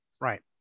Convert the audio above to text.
right